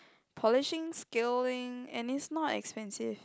polishing scaling and it's not expensive